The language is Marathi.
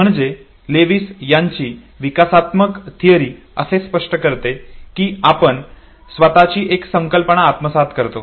म्हणजे लेविस यांची विकासात्मक थिअरी असे स्पष्ट करते की आपण स्वतची एक संकल्पना आत्मसात करतो